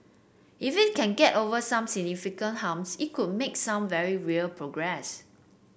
if it can get over some significant humps it could make some very real progress